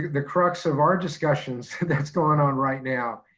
the crux of our discussions that's going on right now.